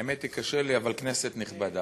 האמת היא שקשה לי, אבל כנסת נכבדה,